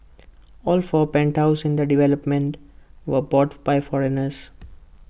all four penthouses in the development were bought by foreigners